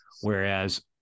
whereas